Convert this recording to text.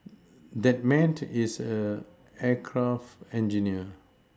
that man is an aircraft engineer